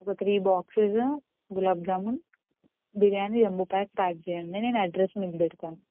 ఒక three boxes gulab jamun biryani jumbo pack pack చేయండి నేను అడ్రస్ మీకు పెడతా